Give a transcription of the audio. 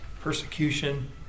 persecution